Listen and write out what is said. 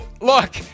look